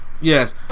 Yes